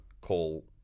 call